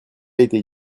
été